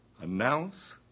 Announce